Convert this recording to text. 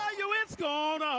ah you it's gone